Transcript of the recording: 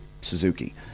Suzuki